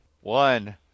One